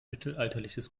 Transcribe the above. mittelalterliches